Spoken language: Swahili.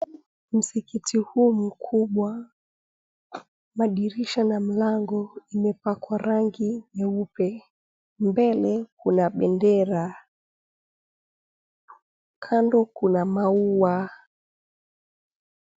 Msikiti huu mkubwa. Madirisha na mlango imepakwa rangi nyeupe. Mbele kuna bendera. Kando kuna maua.